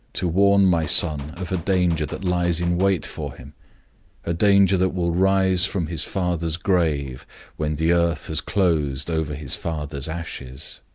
to warn my son of a danger that lies in wait for him a danger that will rise from his father's grave when the earth has closed over his father's ashes.